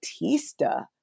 Batista